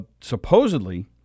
supposedly